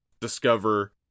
discover